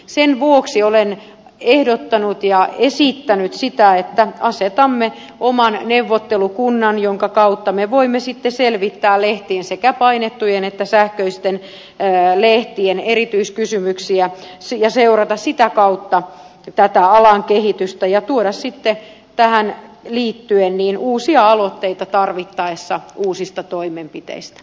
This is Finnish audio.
sen vuoksi olen ehdottanut ja esittänyt sitä että asetamme oman neuvottelukunnan jonka kautta me voimme sitten selvittää lehtien sekä painettujen että sähköisten lehtien erityiskysymyksiä ja seurata sitä kautta tätä alan kehitystä ja tuoda sitten tähän liittyen uusia aloitteita tarvittaessa uusista toimenpiteistä